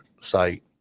site